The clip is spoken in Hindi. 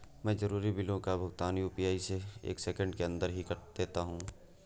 मैं जरूरी बिलों का भुगतान यू.पी.आई से एक सेकेंड के अंदर ही कर देता हूं